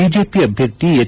BJP ಅಭ್ಯರ್ಥಿ H